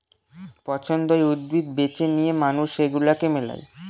পছন্দীয় উদ্ভিদ, বীজ বেছে নিয়ে মানুষ সেগুলাকে মেলায়